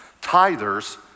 Tithers